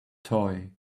toy